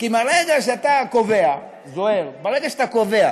כי ברגע שאתה קובע, זוהיר, ברגע שאתה קובע